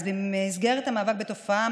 אז במסגרת המאבק בתופעה,